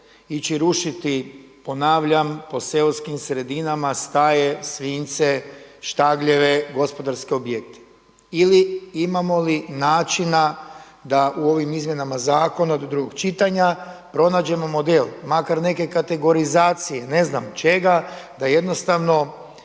ići rušiti, ponavljam, po seoskim sredinama staje, svinjce, štagljeve, gospodarske objekte. Ili, imamo li načina da u ovim izmjenama zakona do drugog čitanja pronađemo model, makar neke kategorizacije, ne znam čega, da jednostavno